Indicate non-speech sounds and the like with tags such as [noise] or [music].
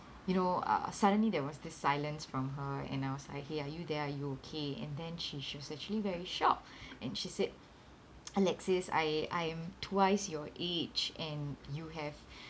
you know uh suddenly there was this silence from her and I was like !hey! are you there are you okay and then she just actually very shocked and she said [noise] alexis I I'm twice your age and you have [breath]